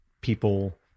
people